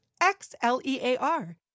X-L-E-A-R